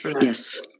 yes